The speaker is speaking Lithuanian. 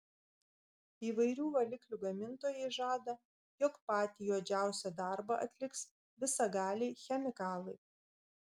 įvairių valiklių gamintojai žada jog patį juodžiausią darbą atliks visagaliai chemikalai